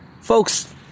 Folks